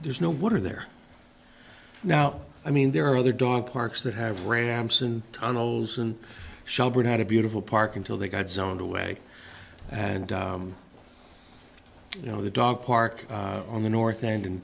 there's no water there now i mean there are other dog parks that have ramps and tunnels and shelburne had a beautiful park until they got zoned away and you know the dog park on the north end in